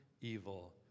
evil